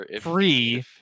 free